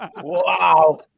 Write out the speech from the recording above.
Wow